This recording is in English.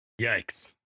Yikes